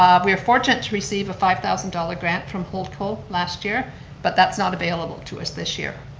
um we are fortunate to receive a five thousand dollars grant from holdco last year but that's not available to us this year.